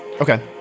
Okay